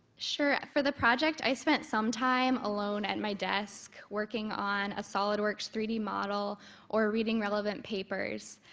sure, for the project, i spent some time alone at my desk working on a solidworks three d model or reading relevant papers,